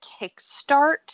kickstart